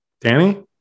Danny